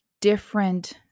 different